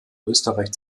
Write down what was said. österreich